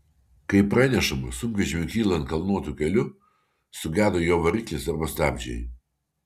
kaip pranešama sunkvežimiui kylant kalnuotu keliu sugedo jo variklis arba stabdžiai